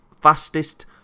Fastest